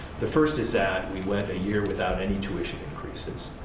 the first is that we went a year without any tuition increases.